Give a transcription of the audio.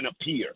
appear